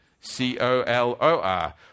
C-O-L-O-R